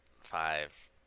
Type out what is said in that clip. five